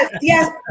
yes